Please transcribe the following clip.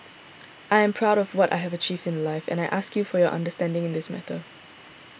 I am proud of what I have achieved in life and I ask you for your understanding in this matter